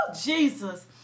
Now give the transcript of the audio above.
Jesus